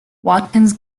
watkins